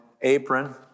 apron